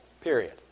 period